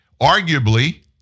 arguably